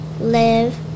live